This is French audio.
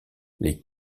les